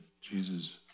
Jesus